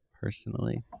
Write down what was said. personally